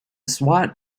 swat